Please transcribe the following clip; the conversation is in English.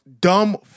dumb